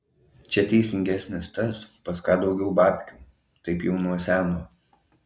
čia teisingesnis tas pas ką daugiau babkių taip jau nuo seno